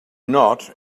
not